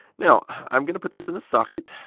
now i'm going to put this in the socket.